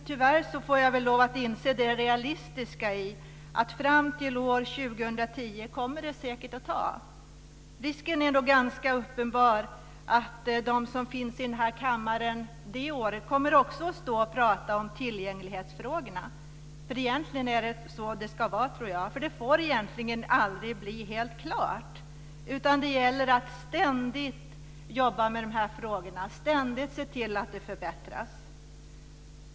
Tyvärr får jag lov att inse det realistiska i att det säkert kommer att ta så lång tid som fram till år 2010. Risken är nog ganska uppenbar att de som finns i den här kammaren det året också kommer att stå och prata om tillgänglighetsfrågorna. Egentligen är det så det ska vara. Det får aldrig bli helt klart, utan det gäller att ständigt jobba med de här frågorna och ständigt se till att det förbättras.